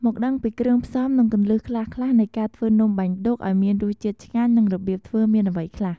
មកដឹងពីគ្រឿងផ្សំនិងគន្លឹះខ្លះៗនៃការធ្វើនំបាញ់ឌុកឲ្យមានរសជាតិឆ្ងាញ់និងរប្រៀបធ្វើមានអ្វីខ្លះ។